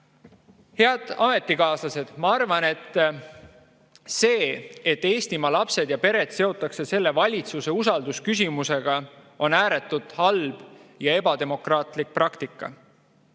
Head ametikaaslased! Ma arvan, et see, et Eestimaa lapsed ja pered seotakse valitsuse usaldusküsimusega, on ääretult halb ja ebademokraatlik praktika.